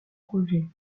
projet